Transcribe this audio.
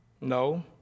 No